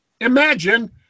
Imagine